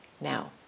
now